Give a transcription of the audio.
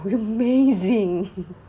amazing